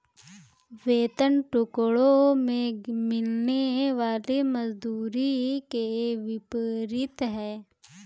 वेतन टुकड़ों में मिलने वाली मजदूरी के विपरीत है